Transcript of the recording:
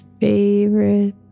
favorite